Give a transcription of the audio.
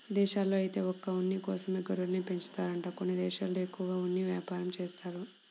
ఇదేశాల్లో ఐతే ఒక్క ఉన్ని కోసమే గొర్రెల్ని పెంచుతారంట కొన్ని దేశాల్లో ఎక్కువగా ఉన్ని యాపారం జేత్తారు